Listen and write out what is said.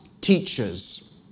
teachers